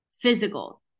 physical